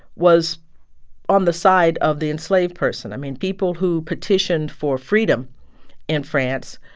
was on the side of the enslaved person. i mean, people who petitioned for freedom in france,